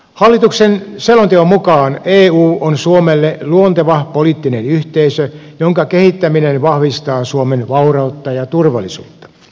hallituksen selonteon mukaan eu on suomelle luonteva poliittinen yhteisö jonka kehittäminen vahvistaa suomen vaurautta ja turvallisuutta